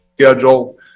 schedule